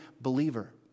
believer